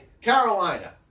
Carolina